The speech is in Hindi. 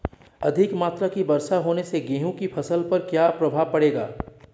अधिक मात्रा की वर्षा होने से गेहूँ की फसल पर क्या प्रभाव पड़ेगा?